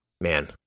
man